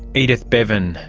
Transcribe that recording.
edith bevin,